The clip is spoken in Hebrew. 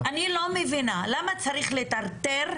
אני לא מבינה למה צריך לטרטר.